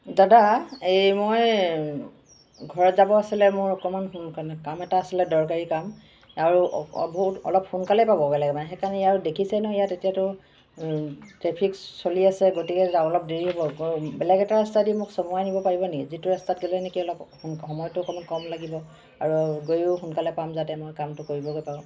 দাদা এই মই ঘৰত যাব আছিলে মোৰ অকণমান সোনকালে কাম এটা আছিলে দৰকাৰী কাম আৰু বহুত অলপ সোনকালে পাব লাগে সেইকাৰণে মানে ইয়াত দেখিছেই নহয় ইয়াত এতিয়াতো ট্ৰেফিক চলি আছে গতিকে আৰু অলপ দেৰি হ'ব বেলেগ এটা ৰাস্তাইদি মোক চমুৱাই নিব পাৰিব নেকি যিটো ৰাস্তাত গ'লে নেকি অলপ সোন সময়টো অলপ কম লাগিব আৰু গৈয়ো সোনকালে পাম যাতে মই কামটো কৰিবগৈ পাৰোঁ